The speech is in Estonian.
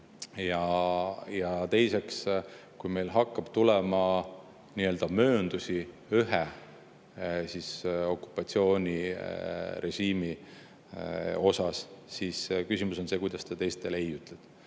Ja teiseks, kui meil hakkab tulema mööndusi ühe okupatsioonirežiimi puhul, siis küsimus on see, et kuidas ta teistele ei ütleb.